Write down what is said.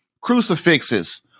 Crucifixes